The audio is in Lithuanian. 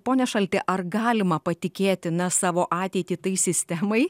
pone šaltį ar galima patikėti na savo ateitį tai sistemai